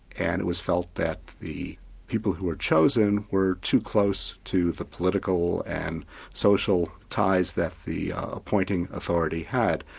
and it was felt that the people who were chosen were too close to the political and social ties that the appointing authority had.